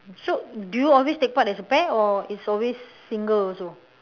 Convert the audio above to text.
so do you always take part as a pair or it's always single also